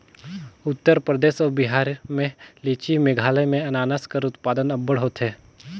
उत्तर परदेस अउ बिहार में लीची, मेघालय में अनानास कर उत्पादन अब्बड़ होथे